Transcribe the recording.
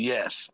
Yes